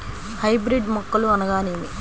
Hybrid మొక్కలు అనగానేమి?